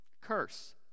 Curse